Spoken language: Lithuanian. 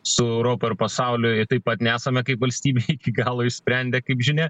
su europa ir pasauliu taip pat nesame kaip valstybė iki galo išsprendę kaip žinia